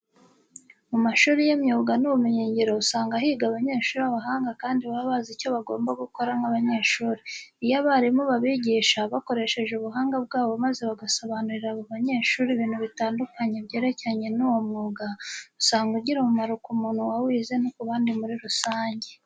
Mu mashuri y'imyuga n'ubumenyingiro usanga higa abanyeshuri b'abahanga kandi baba bazi icyo bagomba gukora nk'abanyeshuri. Iyo abarimu babigisha bakoresheje ubuhanga bwabo maze bagasobanurira abo banyeshuri ibintu bitandukanye byerekeranye n'uyu mwuga, usanga ugira umumaro ku muntu wawize no ku bandi muri rusange.